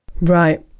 Right